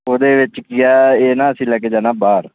ਉਹਦੇ ਵਿੱਚ ਕੀ ਆ ਇਹ ਨਾ ਅਸੀਂ ਲੈ ਕੇ ਜਾਣਾ ਬਾਹਰ